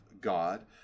God